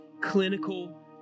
clinical